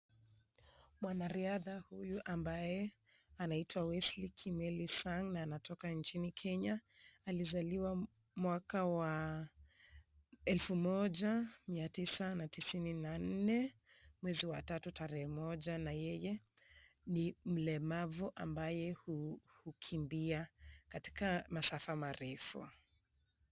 Mwanariadha huyu ambaye anaitwa Wesley Kimeli Sang na anatoka nchini Kenya. Alizaliwa mwaka wa Elfu moja, mia tisa na tisini na nne, mwezi wa tatu, tarehe moja na yeye ni mlemavu ambaye hukimbia katika masafara marefu.